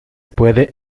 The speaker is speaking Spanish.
puede